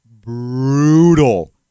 brutal